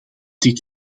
dit